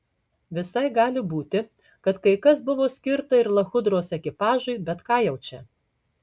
visai gali būti kad kai kas buvo skirta ir lachudros ekipažui bet ką jau čia